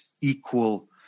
equal